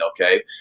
okay